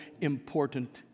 important